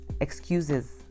excuses